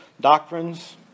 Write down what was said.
Doctrines